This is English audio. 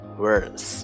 words